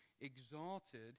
exalted